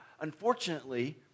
unfortunately